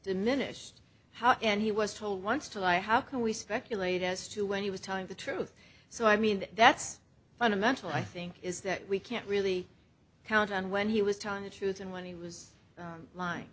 diminished how and he was told once to lie how can we speculate as to when he was telling the truth so i mean that's fundamental i think is that we can't really count on when he was telling the truth and when he was lying